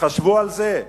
תחשבו על זה,